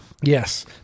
Yes